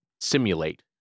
simulate